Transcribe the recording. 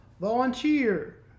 Volunteer